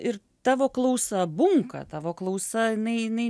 ir tavo klausa bunka tavo klausa jinai jinai